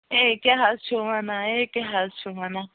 اَے کیٚاہ حط چھُو وَنان اَے کیٛاہ حظ چھُو وَنان